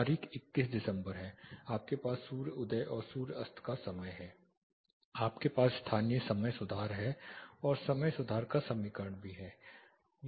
तारीख 21 दिसंबर है आपके पास सूर्य उदय और सूर्य अस्त का समय है आपके पास स्थानीय समय सुधार है और समय सुधार का समीकरण भी है